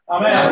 Amen